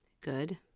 Good